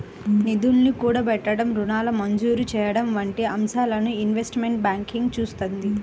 నిధుల్ని కూడగట్టడం, రుణాల మంజూరు చెయ్యడం వంటి అంశాలను ఇన్వెస్ట్మెంట్ బ్యాంకింగ్ చూత్తుంది